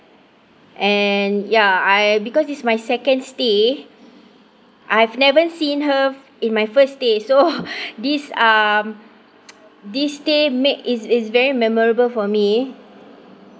and ya I because this is my second stay I've never seen her in my first stay so this um this stay made is is very memorable for me